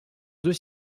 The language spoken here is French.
deux